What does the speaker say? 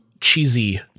cheesy